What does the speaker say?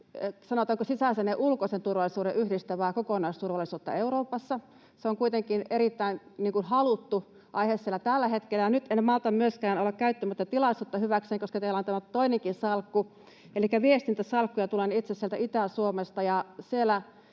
sisäisen ja ulkoisen turvallisuuden yhdistävää kokonaisturvallisuutta Euroopassa? Se on kuitenkin erittäin haluttu aihe siellä tällä hetkellä. Nyt en malta myöskään olla käyttämättä tilaisuutta hyväkseni, koska teillä on tämä toinenkin salkku, elikkä viestintäsalkku. Tulen itse Itä-Suomesta,